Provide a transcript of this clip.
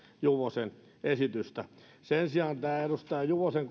juvosen esitystä sen sijaan edustaja juvosen